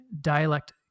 dialect